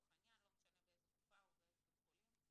לא משנה באיזה קופה הוא ואיזה בית חולים,